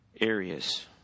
areas